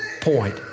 point